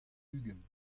ugent